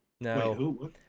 No